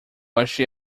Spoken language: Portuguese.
achei